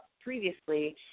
previously